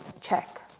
check